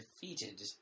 defeated